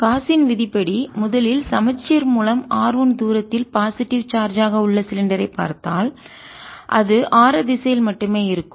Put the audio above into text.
எனவே காஸின் விதிப்படி முதலில் சமச்சீர் மூலம் R 1 தூரத்தில் பாசிட்டிவ் நேர்மறை சார்ஜ் ஆக உள்ள சிலிண்டரைப் பார்த்தால் அது ஆர திசையில் மட்டுமே இருக்கும்